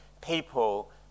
people